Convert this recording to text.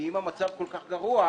כי אם המצב כל כך גרוע,